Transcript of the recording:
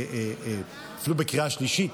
אפילו בקריאה שלישית,